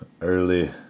early